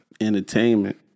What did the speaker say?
Entertainment